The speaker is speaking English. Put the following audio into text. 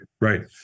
Right